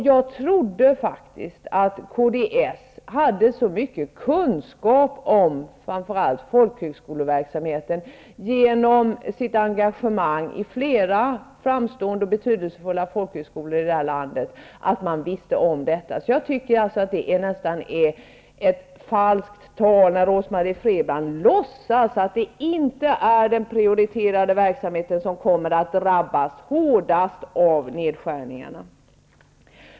Jag trodde faktiskt att kds hade så mycket kunskap om framför allt folkhögskoleverksamheten genom sitt engagemang i flera framstående och betydelsefulla folkhögskolor i det här landet att man visste om detta. Jag tycker alltså att det nästan är falskt tal när Rose Marie Frebran låtsas att det inte är den prioriterade verksamheten som kommer att drabbas hårdast av nedskärningarna.